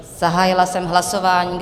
Zahájila jsem hlasování.